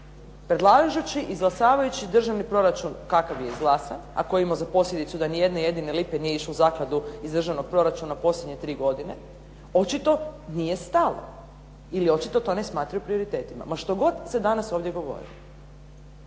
predlažući, izglasavajući državni proračun kakav je izglasan a koji je imao za posljedicu da nijedne jedine lipe nije išlo u zakladu iz državnog proračuna u posljednje tri godine očito nije stalo ili očito to ne smatraju prioritetima ma što god se danas ovdje govorilo.